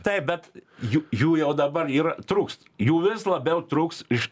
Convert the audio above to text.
taip bet jų jų jau dabar yra trukst jų vis labiau trūks iš